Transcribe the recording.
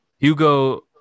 Hugo